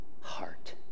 heart